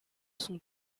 son